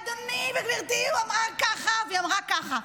אדוני וגבירתי, הוא אמר כך והיא אמרה ככה.